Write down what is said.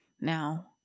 now